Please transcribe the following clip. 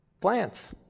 plants